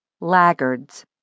laggards